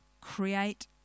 create